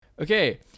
Okay